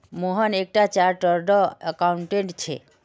मोहन एक टा chartered accountant छे